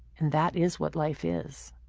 and that is what life is.